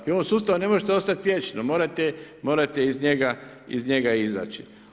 I u ovom sustavu ne možete ostati vječno, morate iz njega izaći.